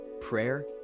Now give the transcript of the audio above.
prayer